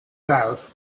south